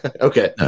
okay